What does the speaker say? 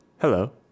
hello